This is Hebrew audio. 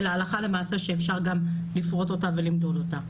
אלא הלכה למעשה שאפשר גם לפרוט אותה ולמדוד אותה.